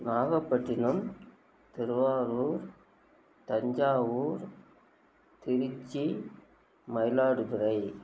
Nagapattinam Thiruvarur Thanjavur Tiruchi Mayiladuthurai